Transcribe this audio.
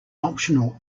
optional